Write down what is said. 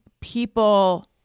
people